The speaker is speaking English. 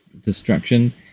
destruction